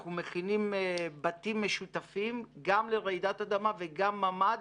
אנחנו מכינים בתים משותפים גם לרעידת אדמה וגם ממ"ד,